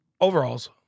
Overalls